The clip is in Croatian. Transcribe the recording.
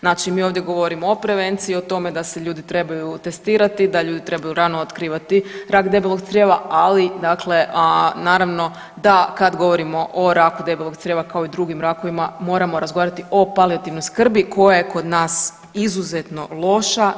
Znači mi ovdje govorimo o prevenciji i o tome da se ljudi trebaju testirati, da ljudi trebaju rano otkrivati rak debelog crijeva, ali dakle a naravno da kad govorimo o raku debelog crijeva kao i drugim rakovima moramo razgovarati o palijativnoj skrbi koja je kod nas izuzetno loša.